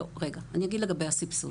לא, אני אגיד לגבי הסבסוד.